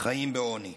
חיים בעוני.